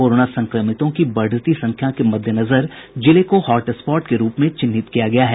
corona संक्रमितों की बढ़ती संख्या के मददेनजर जिले को हॉट स्पॉट के रूप में चिन्हित किया गया है